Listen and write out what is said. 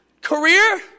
career